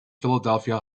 philadelphia